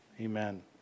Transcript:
Amen